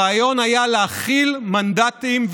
הרעיון היה להחיל מנדטים,